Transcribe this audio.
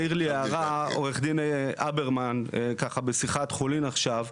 העיר לי הערה עו"ד הברמן ככה בשיחת חולין עכשיו,